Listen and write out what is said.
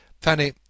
Fanny